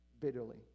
bitterly